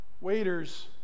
waiters